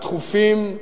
התכופים,